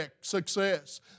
success